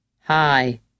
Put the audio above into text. Hi